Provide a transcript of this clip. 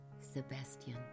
Sebastian